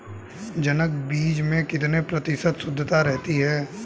जनक बीज में कितने प्रतिशत शुद्धता रहती है?